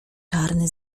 czarny